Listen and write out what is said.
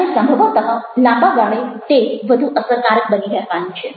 અને સંભવત લાંબાગાળે તે વધુ અસરકારક બની રહેવાનું છે